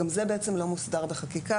גם זה בעצם לא מוסדר בחקיקה,